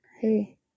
hey